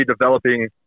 developing